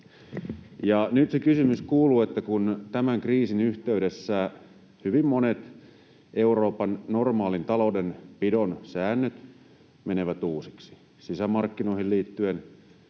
nyt se kysymys kuuluu, että kun tämän kriisin yhteydessä hyvin monet Euroopan normaalin taloudenpidon säännöt menevät uusiksi sisämarkkinoihin liittyen,